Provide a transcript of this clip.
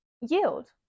yield